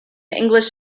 english